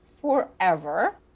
forever